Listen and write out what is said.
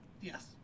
Yes